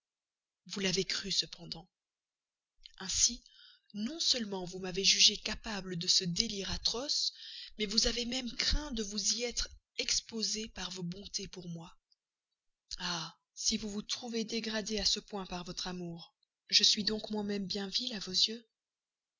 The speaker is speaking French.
vous l'avez cru cependant ainsi non seulement vous m'avez jugé capable de ce délire atroce mais vous avez même craint de vous y être exposée par vos bontés pour moi ah si vous vous trouvez dégradée à ce point par votre amour je suis donc moi-même bien vil à vos yeux